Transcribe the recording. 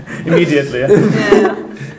Immediately